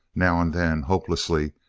now and then, hopelessly,